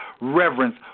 reverence